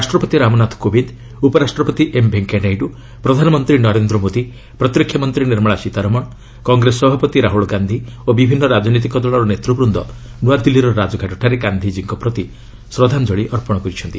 ରାଷ୍ଟ୍ରପତି ରାମନାଥ କୋବିନ୍ଦ ଉପରାଷ୍ଟ୍ରପତି ଏମ ଭେଙ୍କୟା ନାଇଡୁ ପ୍ରଧାନମନ୍ତ୍ରୀ ନରେନ୍ଦ୍ର ମୋଦି ପ୍ରତିରକ୍ଷା ମନ୍ତ୍ରୀ ନିର୍ମଳା ସୀତାରମଣ କଂଗ୍ରେସ ସଭାପତି ରାହୁଳ ଗାନ୍ଧୀ ଓ ବିଭିନ୍ନ ରାଜ୍ଞନୈତିକ ଦଳର ନେତୃବୃନ୍ଦ ନୂଆଦିଲ୍ଲୀର ରାଜଘାଟଠାରେ ଗାନ୍ଧୀଙ୍କ ପ୍ରତି ଶ୍ରଦ୍ଧାଞ୍ଜଳି ଅର୍ପଣ କରିଛନ୍ତି